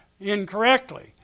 incorrectly